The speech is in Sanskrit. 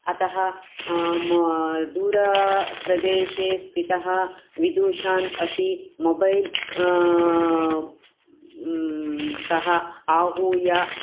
अतः दूरप्रदेशे स्थितः विदूषान् अपि मोबैल् तः आहूय